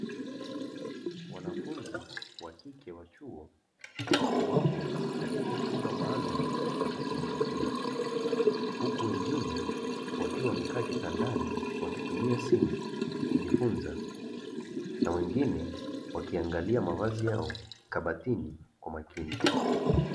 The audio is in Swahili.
Wanafunzi wa kike wa chuo, wapo katika chumba maalumu cha kupumzikia, huku wengine wakiwa wamekaa kitandani wakitumia simu kujifunza, na wengine wakiangalia mavazi yao kabatini kwa makini.